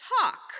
talk